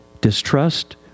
distrust